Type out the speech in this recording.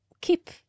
keep